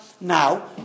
now